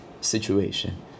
situation